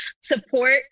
support